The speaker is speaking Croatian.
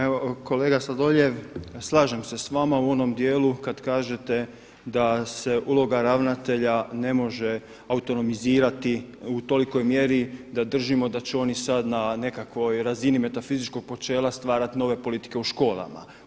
Evo, kolega Sladoljev slažem se s vama u onom dijelu kad kažete da se uloga ravnatelja ne može autonomizirati u tolikoj mjeri da držimo da će oni sad na nekakvoj razini metafizičkog počela stvarati nove politike u školama.